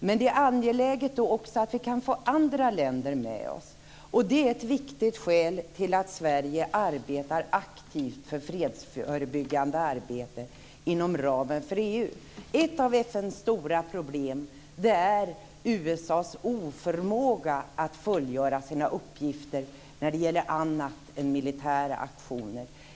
Det är också angeläget att få andra länder med oss. Detta är ett viktigt skäl till att Sverige aktivt arbetar för fredsförebyggande åtgärder inom ramen för EU. Ett av FN:s stora problem är USA:s oförmåga att fullgöra sina uppgifter när det gäller annat än militära aktioner.